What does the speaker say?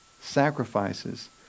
sacrifices